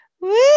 Woo